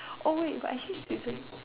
oh wait but actually season